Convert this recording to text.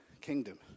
kingdom